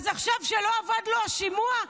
עכשיו כשלא עבד לו השימוע,